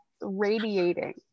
radiating